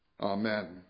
Amen